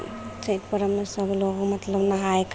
छैठ पर्वमे सब लोग मतलब नहाय खाय